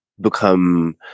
become